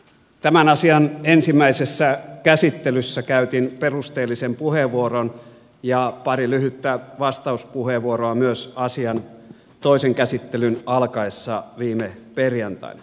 tämän asian ensimmäisessä käsittelyssä käytin perusteellisen puheenvuoron ja pari lyhyttä vastauspuheenvuoroa myös asian toisen käsittelyn alkaessa viime perjantaina